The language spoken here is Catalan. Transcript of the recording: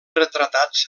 retratats